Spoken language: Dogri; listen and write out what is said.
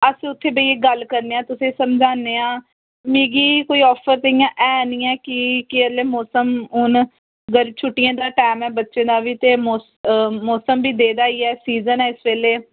अस उत्थै बेहियै गल्ल करने आं तुसें ई समझान्ने आं मिगी कोई आफर ते इ'यां है निं ऐ की के एल्लै मौसम हून गर छुट्टियां दा टाइम ऐ बच्चें दा बी ते मौसम बी बे दाही ऐ सीजन ऐ इस बेल्लै